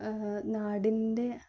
നാടിൻ്റെ